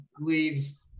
leaves